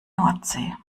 nordsee